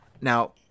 now